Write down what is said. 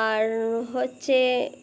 আর হচ্ছে